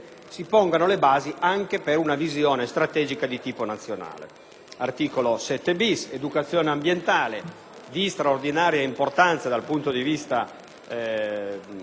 si pongano le basi anche per una visione strategica di tipo nazionale. L'articolo 7-*bis*, concernente l'educazione ambientale, di straordinaria importanza dal punto di vista dei